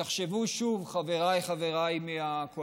שתחשבו שוב, חבריי מהקואליציה,